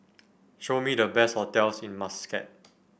show me the best hotels in Muscat